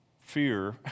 fear